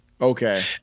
Okay